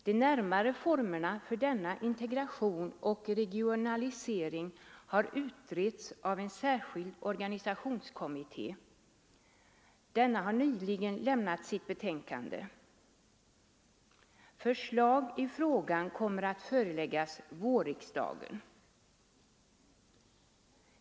De närmare formerna för denna integration och regionalisering har utretts av en särskild organisationskommitté, som nyligen lämnat sitt betänkande. Förslag i frågan kommer att föreläggas vårriksdagen.